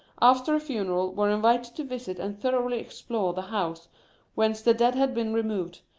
after a funeral, were invited to visit and thoroughly explore the house whence the dead had been removed,